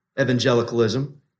evangelicalism